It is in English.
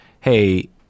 Hey